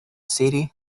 city